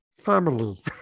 family